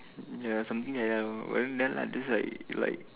ya something like that lor but then like that's like like